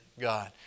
God